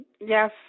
yes